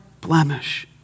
blemish